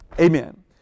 amen